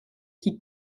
qui